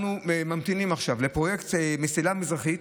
אנחנו ממתינים עכשיו לפרויקט מסילה מזרחית,